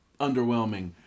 underwhelming